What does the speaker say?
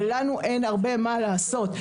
ולנו אין הרבה מה לעשות.